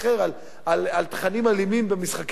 על תכנים אלימים במשחקי מחשב,